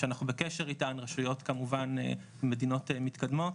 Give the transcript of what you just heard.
שאנחנו בקשר איתן, רשויות כמובן ממדינות מתקדמות,